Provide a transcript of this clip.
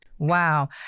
Wow